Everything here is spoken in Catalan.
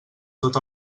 tot